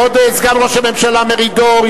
כבוד סגן ראש הממשלה מרידור,